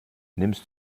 nimmst